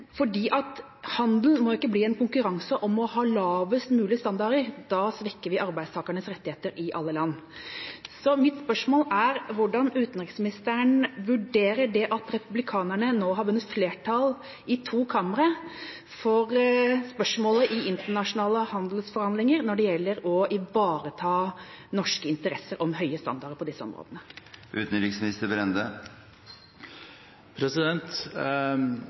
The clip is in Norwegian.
Handel må ikke bli en konkurranse om å ha lavest mulige standarder. Da svekker vi arbeidstakernes rettigheter i alle land. Mitt spørsmål er hvordan utenriksministeren vurderer det at republikanerne nå har vunnet flertall i to kamre, når det gjelder å ivareta norske interesser om høye standarder på disse områdene